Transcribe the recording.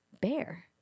bear